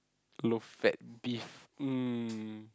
low fat beef mm